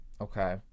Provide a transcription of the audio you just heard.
okay